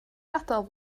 gadael